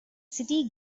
city